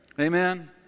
Amen